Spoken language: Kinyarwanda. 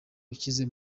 ukize